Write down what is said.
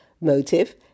motive